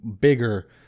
bigger